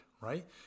right